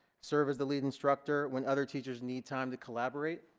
serve as the lead instructor when other teachers need time to collaborate,